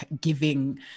giving